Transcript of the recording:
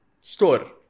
store